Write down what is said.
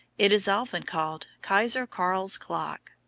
it is often called keizer karel's klok.